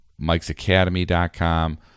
mikesacademy.com